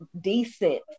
decent